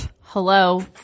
hello